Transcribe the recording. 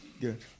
Good